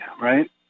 right